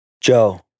Joe